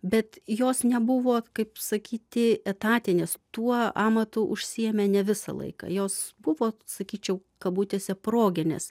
bet jos nebuvo kaip sakyti etatinės tuo amatu užsiėmė ne visą laiką jos buvo sakyčiau kabutėse proginės